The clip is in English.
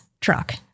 truck